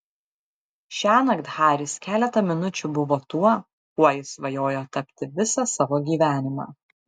šiąnakt haris keletą minučių buvo tuo kuo jis svajojo tapti visą savo gyvenimą